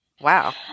Wow